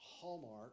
Hallmark